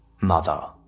Mother